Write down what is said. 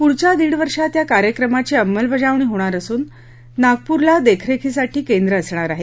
पुढच्या दीडवर्षात या कार्यक्रमाची अमंलबजावणी होणार असून नागपूरला देखरेखीसाठी केंद्र असणार आहे